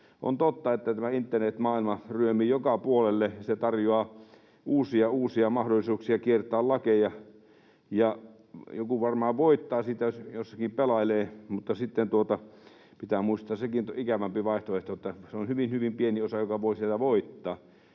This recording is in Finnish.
On totta, että tämä internetmaailma ryömii joka puolelle. Se tarjoaa uusia, uusia mahdollisuuksia kiertää lakeja, ja joku varmaan voittaa siinä, jos jossakin pelailee, mutta sitten pitää muistaa sekin ikävämpi vaihtoehto, että se on hyvin, hyvin pieni osa, joka voi siellä voittaa.